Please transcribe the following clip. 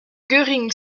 göring